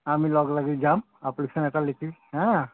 আমি লগ লাগি যাম এপ্লিকেশ্যন এটা লিখি হা